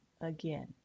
again